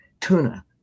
Tuna